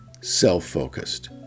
self-focused